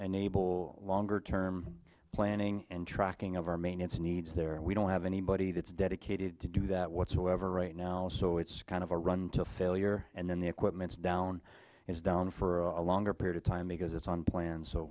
enable longer term planning and tracking of our main its needs there and we don't have anybody that's dedicated to do that whatsoever right now so it's kind of a run to failure and then the equipments down is down for a longer period of time because it's on plan